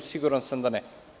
Siguran sam da ne.